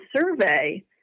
survey